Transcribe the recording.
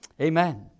Amen